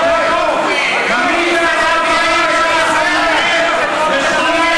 מי זרק אותם שם?